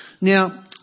Now